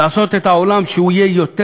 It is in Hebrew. לעשות את העולם טוב יותר,